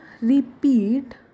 repeat